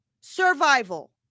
survival